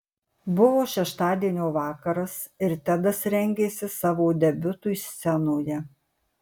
buvo šeštadienio vakaras ir tedas rengėsi savo debiutui scenoje